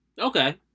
Okay